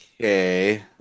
okay